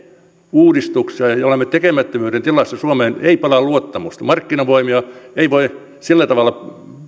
uudistuksia ja olemme tekemättömyyden tilassa suomeen ei palaa luottamusta markkinavoimia ei voi sillä tavalla